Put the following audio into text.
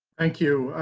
thank you,